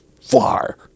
far